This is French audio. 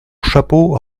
chapeau